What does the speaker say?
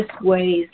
ways